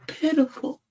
pitiful